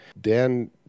Dan